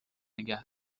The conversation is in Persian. نگه